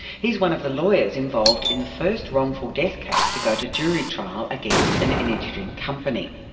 he's one of the lawyers involved in the first wrongful death case to go to jury trial against an energy drink company.